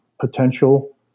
potential